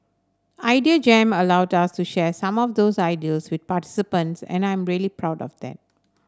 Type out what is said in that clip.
Idea Jam allowed us to share some of those ideals with participants and I'm really proud of that